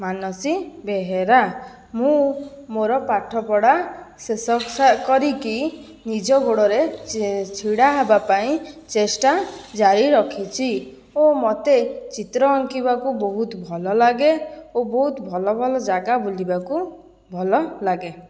ମାନସୀ ବେହେରା ମୁଁ ମୋ'ର ପାଠ ପଢ଼ା ଶେଷ କରିକି ନିଜ ଗୋଡ଼ରେ ଛିଡ଼ା ହେବା ପାଇଁ ଚେଷ୍ଟା ଜାରି ରଖିଛି ଓ ମୋତେ ଚିତ୍ର ଅଙ୍କିବାକୁ ବହୁତ ଭଲ ଲାଗେ ଓ ବହୁତ ଭଲ ଭଲ ଜାଗା ବୁଲିବାକୁ ଭଲ ଲାଗେ